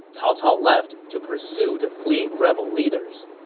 cao cao left to pursue the fleeing rebel leaders